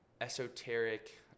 esoteric